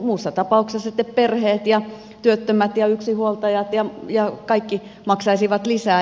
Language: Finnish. muussa tapauksessa perheet ja työttömät ja yksinhuoltajat ja kaikki maksaisivat lisää